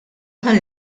tal